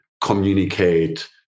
communicate